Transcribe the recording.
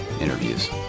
interviews